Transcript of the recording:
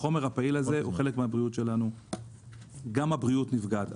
החומר הפעיל שבו הוא חלק מהבריאות שלנו וגם הבריאות נפגעת.